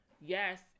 yes